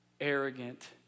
arrogant